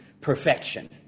perfection